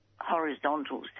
horizontal